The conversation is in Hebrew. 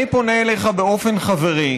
אני פונה אליך באופן חברי.